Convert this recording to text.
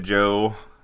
Joe